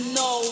no